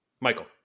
Michael